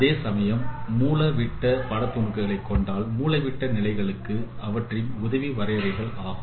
அதேசமயம் மூலைவிட்ட பட துணுக்குகளை கொண்டால் மூலைவிட்ட நிலைகளும் அவற்றின் உதவி வரையறைகள் ஆகும்